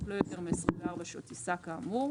אך לא יותר מ-24 שעות טיסה כאמור,